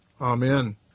Amen